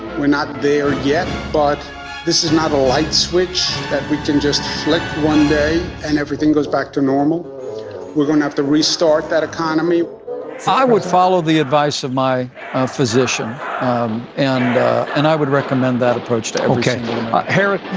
we're not there yet, but this is not a light switch that we can just flick one day and everything goes back to normal we're going to have to restart that economy i would follow the advice of my ah physician um and and i would recommend that approach to harith